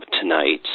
tonight